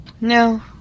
No